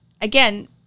again